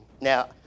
Now